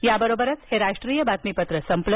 या बरोबरच हे राष्ट्रीय बातमीपत्र संपलं